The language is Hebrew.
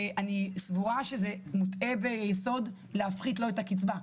אני סבורה שזאת טעות להפחית לו את הקצבה,